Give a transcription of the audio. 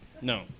No